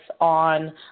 on